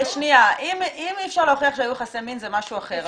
אם אי אפשר להוכיח שהיו יחסי מין זה משהו אחר,